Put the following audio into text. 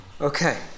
Okay